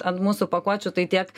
ant mūsų pakuočių tai tiek